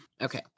Okay